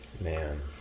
Man